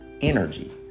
energy